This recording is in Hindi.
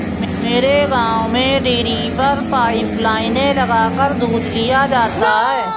मेरे गांव में डेरी पर पाइप लाइने लगाकर दूध लिया जाता है